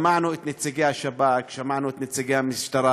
שמענו את נציגי השב"כ, שמענו את נציגי המשטרה,